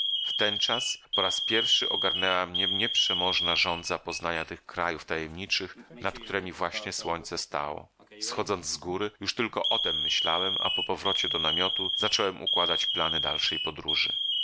dzień wtenczas po raz pierwszy ogarnęła mną nieprzemożona żądza poznania tych krajów tajemniczych nad któremi właśnie słońce stało schodząc z góry już tylko o tem myślałem a po powrocie do namiotu zacząłem układać plany dalszej podróży